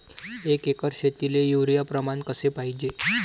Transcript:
एक एकर शेतीले युरिया प्रमान कसे पाहिजे?